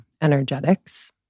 energetics